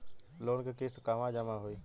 Loan के किस्त कहवा जामा होयी?